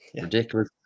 Ridiculous